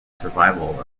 survival